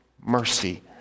mercy